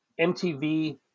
MTV